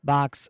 Box